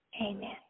Amen